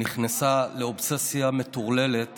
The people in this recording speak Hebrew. נכנסה לאובססיה מטורללת